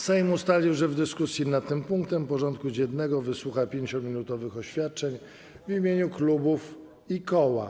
Sejm ustalił, że w dyskusji nad tym punktem porządku dziennego wysłucha 5-minutowych oświadczeń w imieniu klubów i koła.